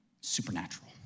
Supernatural